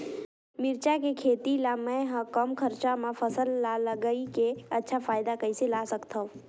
मिरचा के खेती ला मै ह कम खरचा मा फसल ला लगई के अच्छा फायदा कइसे ला सकथव?